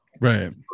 Right